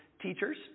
teachers